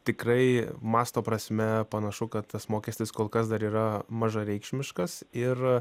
tikrai masto prasme panašu kad tas mokestis kol kas dar yra mažareikšmiš kas ir